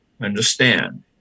understand